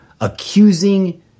accusing